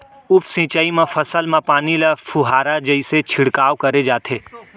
उप सिंचई म फसल म पानी ल फुहारा जइसे छिड़काव करे जाथे